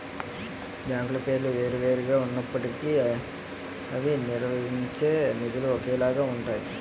బ్యాంకుల పేర్లు వేరు వేరు గా ఉన్నప్పటికీ అవి నిర్వహించే విధులు ఒకేలాగా ఉంటాయి